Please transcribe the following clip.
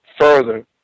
further